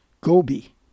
GOBI